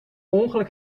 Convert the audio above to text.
ongeluk